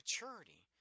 maturity